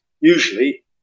Usually –